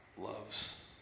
loves